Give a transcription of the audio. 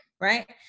right